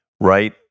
right